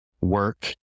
work